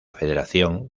federación